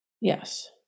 yes